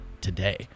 today